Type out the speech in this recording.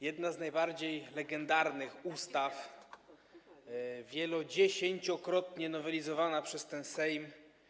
Jedna z najbardziej legendarnych ustaw była dziesięciokrotnie nowelizowana przez ten Sejm.